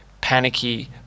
panicky